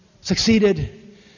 succeeded